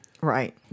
Right